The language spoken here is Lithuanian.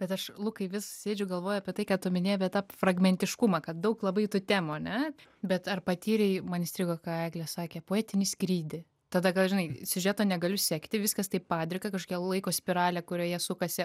bet aš lukai vis sėdžiu galvoju apie tai ką tu minėjai apie tą fragmentiškumą kad daug labai tų temų ane bet ar patyrei man įstrigo ką eglė sakė poetinį skrydį tada gal žinai siužeto negaliu sekti viskas taip padrika kažkokia laiko spiralė kurioje sukasi